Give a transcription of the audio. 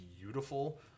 beautiful